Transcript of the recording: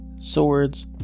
swords